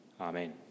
Amen